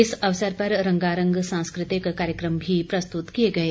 इस अवसर पर रंगारंग सांस्कृतिक कार्यकम भी प्रस्तुत किए गए